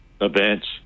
events